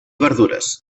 verdures